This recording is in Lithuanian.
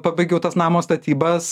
pabaigiau tas namo statybas